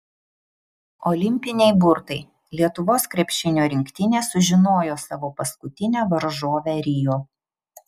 olimpiniai burtai lietuvos krepšinio rinktinė sužinojo savo paskutinę varžovę rio